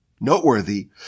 noteworthy